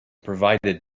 provided